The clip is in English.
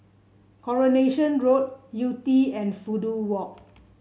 Coronation Road Yew Tee and Fudu Walk